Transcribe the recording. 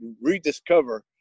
rediscover